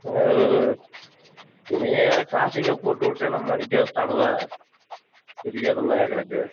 இவங்க க்ராஸிங்கை போட்டுவிட்டு நம்மளை நிற்க வச்சிட்டானுக பெரிய தொல்லையாக கிடக்கு